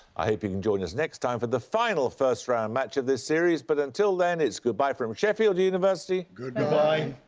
i hope you can join us next time for the final first-round match of this series. but until then, it's goodbye from sheffield university. goodbye.